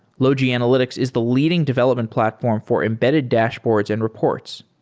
logi analytics is the leading development platform for embedded dashboards and reports,